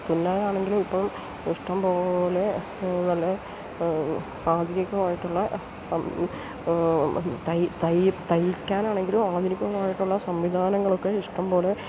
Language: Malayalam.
തുന്നാനാണെങ്കിലും ഇപ്പം ഇഷ്ടംപോലെ നല്ല ആധുനികമായിട്ടുള്ള തയ്ക്കാനാണെങ്കിലും ആധുനികമായിട്ടുള്ള സംവിധാനങ്ങളൊക്കെ ഇഷ്ടംപോലെ